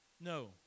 No